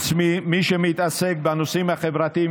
חוץ ממי שמתעסק בנושאים החברתיים,